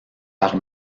par